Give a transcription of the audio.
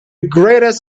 greatest